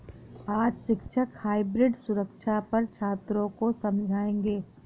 आज शिक्षक हाइब्रिड सुरक्षा पर छात्रों को समझाएँगे